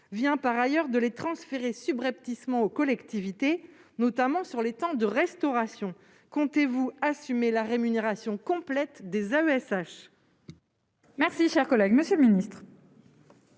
vient par ailleurs de les transférer subrepticement aux collectivités, notamment sur les temps de restauration. Comptez-vous assumer la rémunération complète des AESH ? Très bien